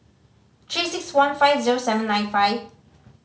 Three Six One five zero seven nine five